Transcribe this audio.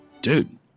Dude